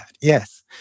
Yes